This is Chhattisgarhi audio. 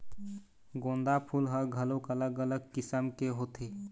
गोंदा फूल ह घलोक अलग अलग किसम के होथे